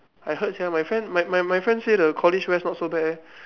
I heard sia my friend my my my friend say the college west not so bad leh